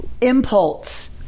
Impulse